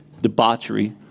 debauchery